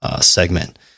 segment